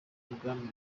umugambi